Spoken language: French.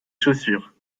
chaussures